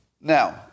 Now